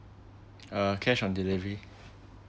ah cash on delivery